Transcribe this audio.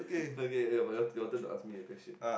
okay but your your turn to ask me a question